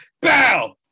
bow